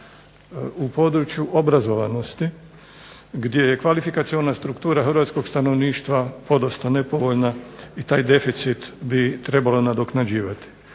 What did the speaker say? u području obrazovanosti, gdje je kvalifikaciona struktura Hrvatskog stanovništva podosta nedovoljna i taj deficit bi trebalo nadoknađivati.